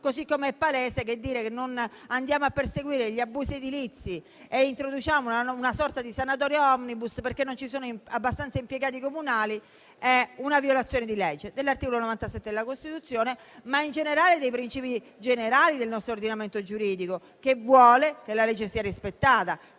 così come è palese che dire che non si perseguono gli abusi edilizi e si introduce una sorta di sanatoria *omnibus* perché non ci sono abbastanza impiegati comunali è una violazione dell'articolo 97 della Costituzione e dei principi generali del nostro ordinamento giuridico, che vuole che la legge sia rispettata